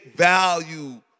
value